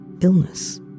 illness